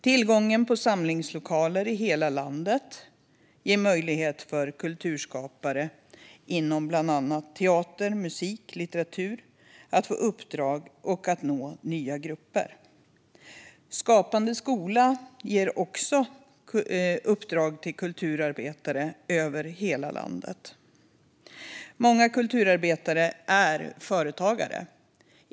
Tillgång till samlingslokaler i hela landet ger möjlighet för kulturskapare inom bland annat teater, musik och litteratur att få uppdrag och att nå nya grupper. Skapande skola ger också uppdrag till kulturarbetare över hela landet. Många kulturarbetare är företagare.